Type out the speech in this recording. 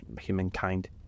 humankind